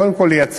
קודם כול לייצר